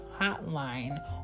hotline